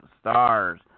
stars